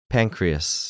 Pancreas